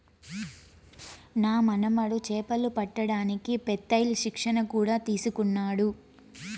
నా మనుమడు చేపలు పట్టడానికి పెత్తేల్ శిక్షణ కూడా తీసుకున్నాడు